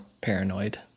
paranoid